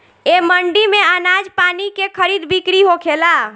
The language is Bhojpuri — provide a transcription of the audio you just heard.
ए मंडी में आनाज पानी के खरीद बिक्री होखेला